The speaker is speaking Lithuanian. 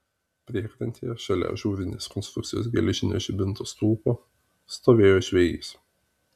priekrantėje šalia ažūrinės konstrukcijos geležinio žibinto stulpo stovėjo žvejys